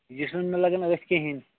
یہِ چھُنہِ مےٚ لگان أتھۍ کِہیٖنۍ